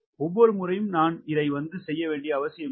ஒவ்வொரு முறையும் நான் இதை வந்து செய்யவேண்டிய அவசியம் இல்லை